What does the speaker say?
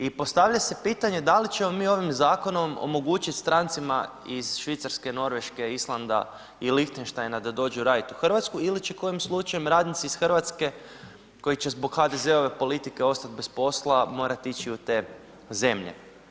I postavlja se pitanje da li ćemo mi ovim zakonom omogućih strancima iz Švicarske, Norveške, Islanda i Lichtensteina da dođu radit u Hrvatsku ili će kojim slučajem radnici iz Hrvatske koji će zbog HDZ-ove politike ostati bez posla morat ići u te zemlje.